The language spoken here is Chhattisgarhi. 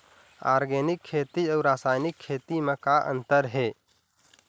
ऑर्गेनिक खेती अउ रासायनिक खेती म का अंतर हे?